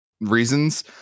reasons